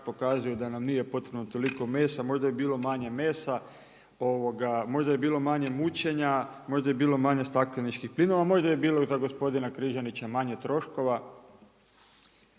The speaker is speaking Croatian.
pokazuje da nam nije potrebno toliko mesa, možda bi bilo manje mesa, možda bi bilo manje mučenja, možda bi bilo manje stakleničkih plinova a možda bi bilo za gospodina Križanića manje troškova.